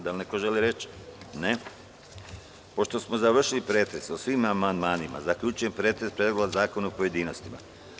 Da li neko želi reč? (Ne) Pošto smo završili pretres o svim amandmanima, zaključujem pretres Predloga zakona u pojedinostima.